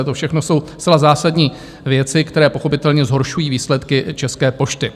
To všechno jsou zcela zásadní věci, které pochopitelně zhoršují výsledky České pošty.